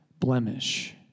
Blemish